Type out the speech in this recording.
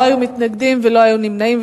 לא היו מתנגדים ולא היו נמנעים.